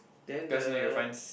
then the